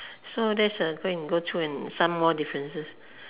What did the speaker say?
so just uh go and go through and some more differences